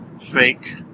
fake